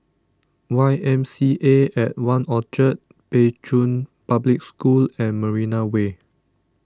Y M C A at one Orchard Pei Chun Public School and Marina Way